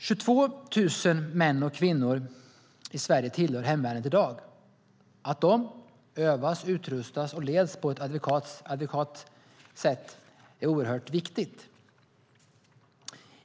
22 000 män och kvinnor i Sverige tillhör hemvärnet i dag. Att de övas, utrustas och leds på ett adekvat sätt är oerhört viktigt.